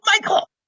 Michael